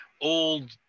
old